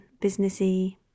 businessy